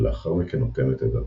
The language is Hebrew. ולאחר מכן אוטמת את התא.